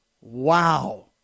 wow